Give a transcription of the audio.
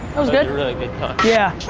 good good talk. yeah.